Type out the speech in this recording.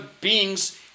beings